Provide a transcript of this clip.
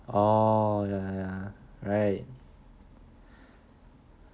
oh ya ya right